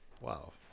Wow